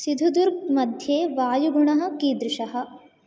सिधुदुर्ग् मध्ये वायुगुणः कीदृशः